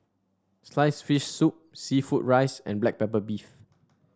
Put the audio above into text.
sliced fish soup seafood rice and Black Pepper Beef